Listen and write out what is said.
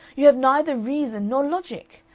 you have neither reason nor logic.